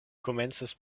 komencis